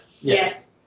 yes